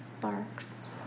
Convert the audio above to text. Sparks